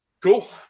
Cool